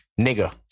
Nigga